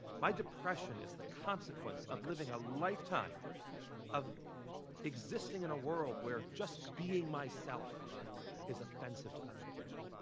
my depression is the consequence of living a lifetime of existing in a world where just being myself is offensive to other people.